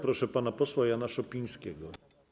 Proszę pana posła Jana Szopińskiego.